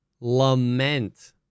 Lament